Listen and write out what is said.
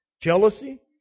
jealousy